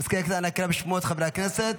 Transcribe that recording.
מזכיר הכנסת יקרא בשמות חברי הכנסת.